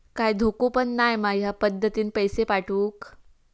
काय धोको पन नाय मा ह्या पद्धतीनं पैसे पाठउक?